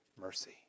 mercy